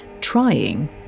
trying